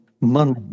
money